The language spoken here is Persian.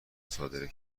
مصادره